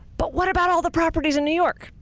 but what about all the properties in new york?